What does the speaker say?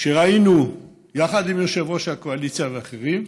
כשראינו, יחד עם יושב-ראש הקואליציה ואחרים,